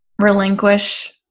relinquish